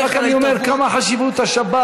אני רק אומר מה חשיבות השבת.